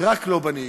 רק לא בנהיגה,